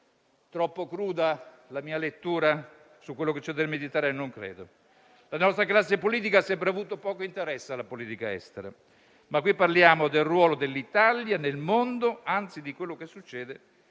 Troppo cruda la mia lettura su quanto c'è da meditare? Non credo. La nostra classe politica ha sempre avuto poco interesse alla politica estera, ma qui parliamo del ruolo dell'Italia nel mondo, anzi di quello che succede